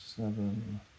seven